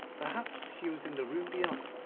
perhaps she was in the room beyond.